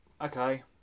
okay